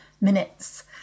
minutes